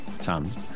Tons